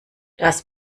das